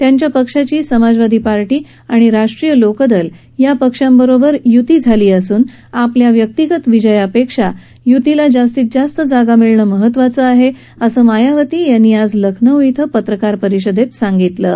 त्यांच्या पक्षाची समाजवादी पारी आणि राष्ट्रीय लोकदल या पक्षांशी युती असून आपल्या व्यक्तीगत विजयापेक्षा युतीला जास्तीत जास्त जागा मिळणं महत्वाचं आहे असं मत मायावती यांनी आज लखनौ श्विं पत्रकार परिषदेत व्यक्त केलं आहे